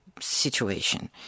situation